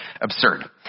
absurd